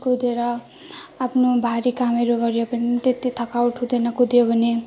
कुदेर आफ्नो भारी कामहरू गरेर पनि त्यति थकावट हुँदैन कुदियो भने